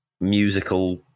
musical